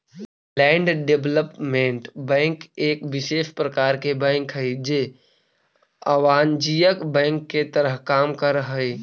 land development bank एक विशेष प्रकार के बैंक हइ जे अवाणिज्यिक बैंक के तरह काम करऽ हइ